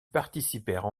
participèrent